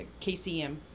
KCM